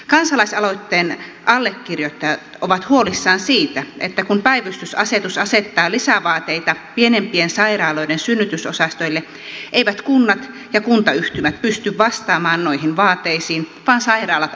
kansalaisaloitteen allekirjoittajat ovat huolissaan siitä että kun päivystysasetus asettaa lisävaateita pienempien sairaaloiden synnytysosastoille eivät kunnat ja kuntayhtymät pysty vastaamaan noihin vaateisiin vaan sairaalat ajetaan alas